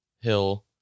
hill